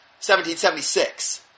1776